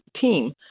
team